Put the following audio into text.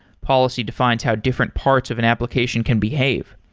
policy defines how different parts of an application can behave.